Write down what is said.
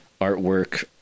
artwork